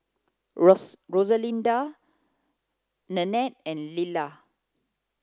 Rose Rosalinda Nannette and Lilla